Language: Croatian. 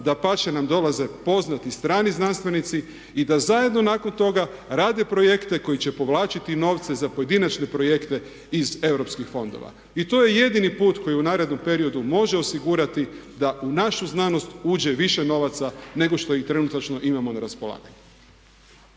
dapače nam dolaze poznati strani znanstvenici i da zajedno nakon toga rade projekte koji će povlačiti novce za pojedinačne projekte iz europskih fondova. I to je jedini put koji u narednom periodu može osigurati da u našu znanost uđe više novaca nego što ih trenutačno imamo na raspolaganju.